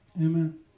Amen